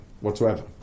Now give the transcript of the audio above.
whatsoever